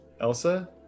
Elsa